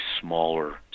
smaller